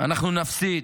אנחנו נפסיד.